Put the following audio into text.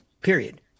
period